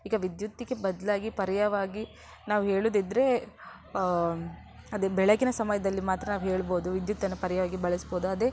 ಈಗ ವಿದ್ಯುತ್ತಿಗೆ ಬದಲಾಗಿ ಪರ್ಯಾಯವಾಗಿ ನಾವು ಹೇಳುವುದಿದ್ರೆ ಅದೇ ಬೆಳಗಿನ ಸಮಯದಲ್ಲಿ ಮಾತ್ರ ನಾವು ಹೇಳ್ಬಹುದು ವಿದ್ಯುತ್ತನ್ನು ಪರ್ಯಾಯವಾಗಿ ಬಳಸ್ಬಹುದು ಅದೇ